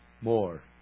more